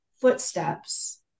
footsteps